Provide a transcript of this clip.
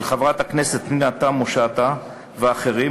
של חברת הכנסת פנינה תמנו-שטה ואחרים,